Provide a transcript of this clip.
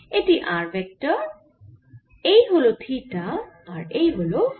এটি r vector এই হল থিটা আর এই হল ফাই